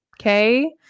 Okay